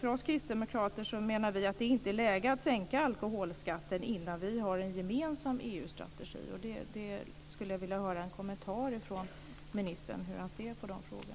Vi kristdemokrater menar att det inte är läge att sänka alkoholskatten innan vi har en gemensam EU strategi. Jag skulle vilja höra hur ministern ser på dessa frågor.